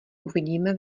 uvidíme